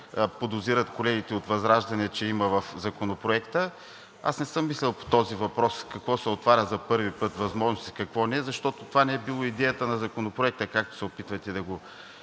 подозират колегите от ВЪЗРАЖДАНЕ, че има в Законопроекта. Аз не съм мислил по този въпрос какво се отваря за първи път като възможности и какво не, защото това не е била идеята на Законопроекта, както се опитвате да го